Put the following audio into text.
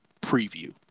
preview